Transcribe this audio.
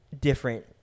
different